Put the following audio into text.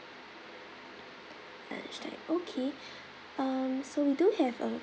lunchtime okay um so we do have a